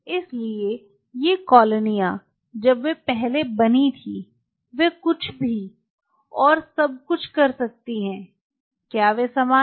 इसलिए ये कॉलोनियाँ जब वे पहले बनी थी वे कुछ भी और सब कुछ कर सकती हैं क्या वे समान हैं